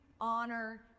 honor